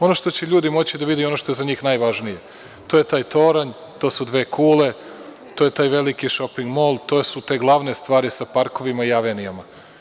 Ono što će ljudi moći da vide i ono što je za njih najvažnije, to je taj toranj, to su dve kule, to je taj veliki šoping mol, to su te glavne stvari sa parkovima i avenijama.